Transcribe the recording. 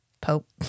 Pope